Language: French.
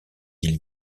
ils